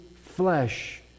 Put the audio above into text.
flesh